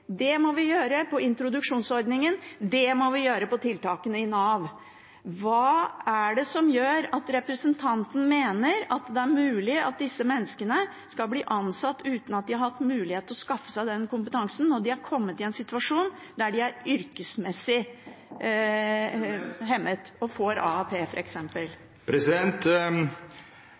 Det må vi gjøre når det gjelder introduksjonsordningen og tiltakene i Nav. Hva er det som gjør at representanten mener at det er mulig at disse menneskene skal bli ansatt uten at de har hatt mulighet til å skaffe seg den kompetansen og de er kommet i en situasjon der de er yrkesmessig hemmet og får AAP,